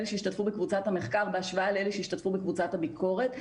אלה שהשתתפו בקבוצת המחקר בהשוואה לאלה שהשתתפו בקבוצת הביקורת,